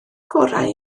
gorau